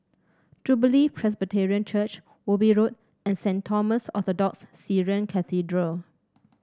Jubilee Presbyterian Church Ubi Road and Saint Thomas Orthodox Syrian Cathedral